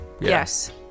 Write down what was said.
Yes